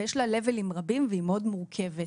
ויש לה level-ים רבים והיא מאוד מורכבת.